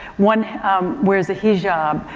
one wears a hijab,